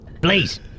Please